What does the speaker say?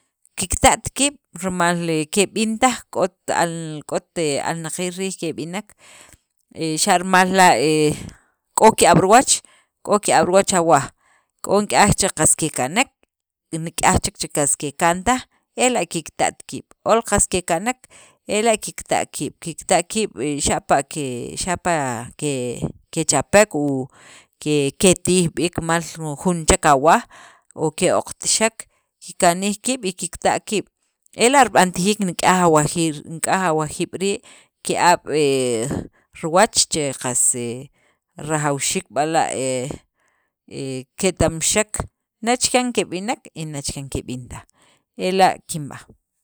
Kikta't kiib' rimal he keb'in taj, k'ot al, k'ot he alnaqiil riij keb'inek. he xa' rimal la' he k'o ki'ab' riwach li awaj, k'o ki'ab' riwach awaj, k'o k'aj che qas kekanek, y nik'yaj chek che qas kekan taj, ela' kikta't kiib', ol qas kekanek ela' qas kikta kiib' xapa' kechapek u ke ketij b'iik rimal jun chek awaj o keoqta'xek, kikanij kiib' y kikta' kiib', ela' rib'antijiik nik'yaj awajiil awajiib' rii', ki'ab' riwach che qas rajawxiik b'ala' keta'mxek, nachikyan keb'inek y nachikyan keb'in taj ela' kib'aj.